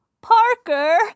Parker